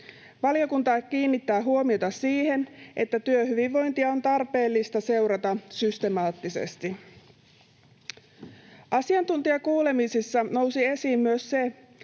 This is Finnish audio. Valiokunta kiinnittää huomiota siihen, että työhyvinvointia on tarpeellista seurata systemaattisesti. Asiantuntijakuulemisissa nousi esiin myös se,